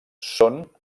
són